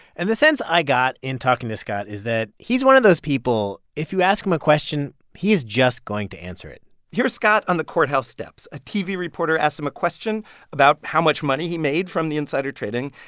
and the sense i got in talking to scott is that he's one of those people if you ask him a question, he's just going to answer it here's scott on the courthouse steps. a tv reporter asked him a question about how much money he made from the insider trading.